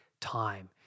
time